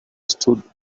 stood